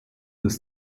des